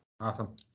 Awesome